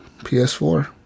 PS4